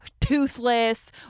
toothless